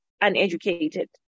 uneducated